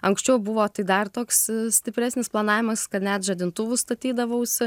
anksčiau buvo tai dar toks stipresnis planavimas kad net žadintuvus statydavausi